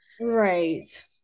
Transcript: right